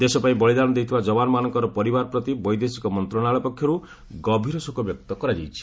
ଦେଶ ପାଇଁ ବଳିଦାନ ଦେଇଥିବା ଯବାନମାନଙ୍କର ପରିବାରପ୍ରତି ବୈଦେଶିକ ମନ୍ତ୍ରଣାଳୟ ପକ୍ଷରୁ ଗଭୀର ଶୋକ ବ୍ୟକ୍ତ କରାଯାଇଛି